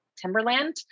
Timberland